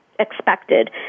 Expected